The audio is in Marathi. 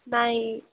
नाही